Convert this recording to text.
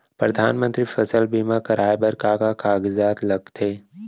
परधानमंतरी फसल बीमा कराये बर का का कागजात लगथे?